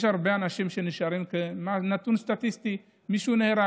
יש הרבה אנשים שנשארים נתון סטטיסטי, מישהו נהרג.